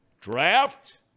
draft